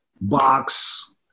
box